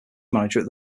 manager